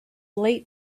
late